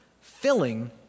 filling